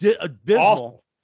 abysmal